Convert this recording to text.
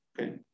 okay